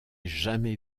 jamais